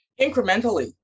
Incrementally